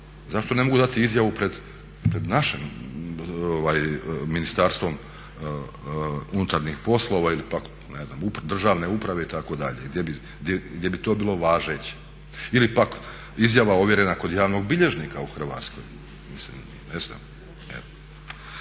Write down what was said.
Zašto ne mogu dati izjavu pred našim Ministarstvom unutarnjih poslova ili pak ne znam državne uprave itd. gdje bi to bilo važeće. Ili pak izjava ovjerena kod javnog bilježnika u Hrvatskoj, mislim ne znam